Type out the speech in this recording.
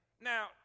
Now